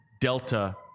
delta